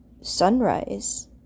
sunrise